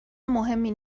مهمی